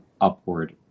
upward